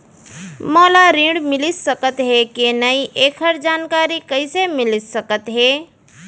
मोला ऋण मिलिस सकत हे कि नई एखर जानकारी कइसे मिलिस सकत हे?